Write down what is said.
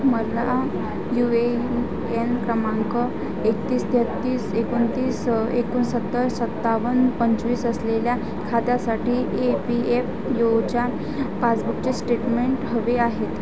मला U A N क्रमांक एकतीस तेहेतीस एकोणतीस एकोणसत्तर सत्तावन पंचवीस असलेल्या खात्यासाठी ए पी एफ ओच्या पासबुकचे स्टेटमेंट हवे आहेत